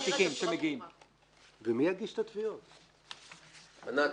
רציתי לשאול מה המענה של אדוני ושל ההוצאה לפועל על הפיילוט שכן